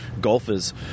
golfers